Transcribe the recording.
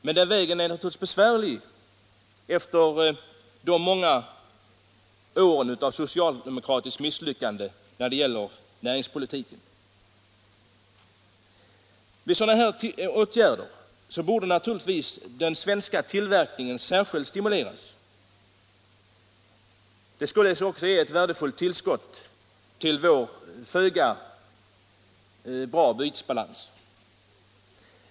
Men den vägen blir naturligtvis besvärlig efter de många åren av socialdemokratiska misslyckanden när det gäller näringspolitiken. Naturligtvis är det den svenska tillverkningen som särskilt bör stimuleras med sådana här åtgärder. Det skulle också ge ett värdefullt tillskott till vår föga tillfredsställande bytesbalans.